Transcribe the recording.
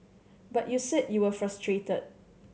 but you said you were frustrated